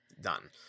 done